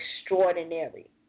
extraordinary